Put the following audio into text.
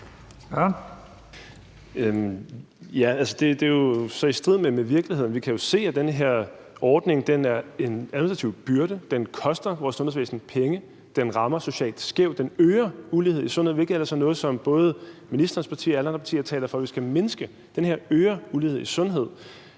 (RV): Det er jo så i strid med virkeligheden. Vi kan jo se, at den her ordning er en administrativ byrde, at den koster vores sundhedsvæsen penge, at den rammer socialt skævt, og at den øger ulighed i sundhed, hvilket ellers er noget, som både ministerens parti og alle andre partier taler for at vi skal mindske – det her øger ulighed i sundhed.